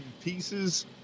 Pieces